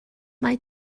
mae